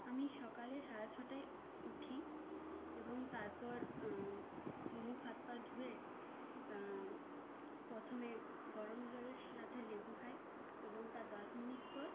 আমি সকালে সাড়ে ছটায় উঠি এবং তারপর মুখ হাত পা ধুয়ে প্রথমে গরম জলের সাথে লেবু খাই এবং তার দশ মিনিট পর